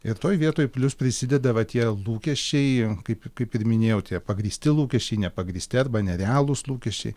ir toj vietoj plius prisideda va tie lūkesčiai kaip kaip ir minėjau tie pagrįsti lūkesčiai nepagrįsti arba nerealūs lūkesčiai